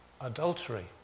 adultery